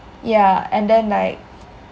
yah and then like